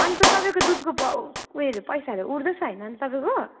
अन्त तपईँको दुधको प उयोहरू पैसाहरू उठ्दैछ होइन अन्त तपईँको